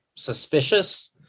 suspicious